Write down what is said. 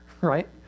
right